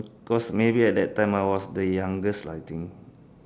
cause maybe at that time I was the youngest lah I think